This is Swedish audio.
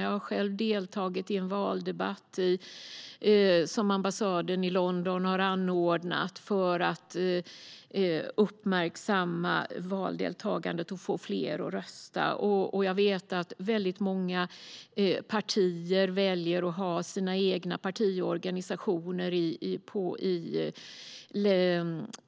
Jag har själv deltagit i en valdebatt som ambassaden i London anordnade för att uppmärksamma valdeltagandet och få fler att rösta. Jag vet att många partier väljer att ha sina egna partiorganisationer